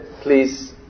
please